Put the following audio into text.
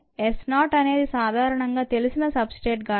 S0 అనేది సాధారణంగా తెలిసిన సబ్ స్ట్రేట్ గాఢత